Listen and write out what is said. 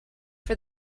for